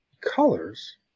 colors